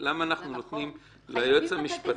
למה אנחנו נותנים ליועץ המשפטי